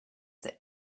that